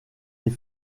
est